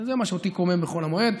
זה מה שאותי קומם בחול המועד.